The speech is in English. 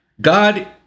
God